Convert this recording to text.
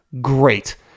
great